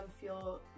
feel